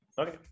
okay